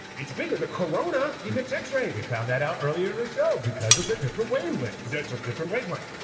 it's bigger, the corona emits x-rays. we found that out earlier in the show, because of the different wavelengths. yeah it's a different wavelength.